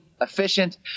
efficient